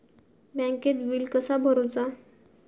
बँकेत बिल कसा भरुचा?